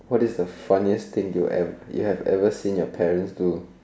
what is the funniest thing you ever you have ever seen your parents do